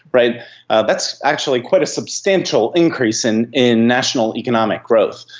but that's actually quite a substantial increase in in national economic growth.